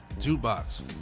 Jukebox